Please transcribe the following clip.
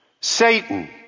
Satan